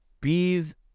Bees